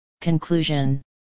Conclusion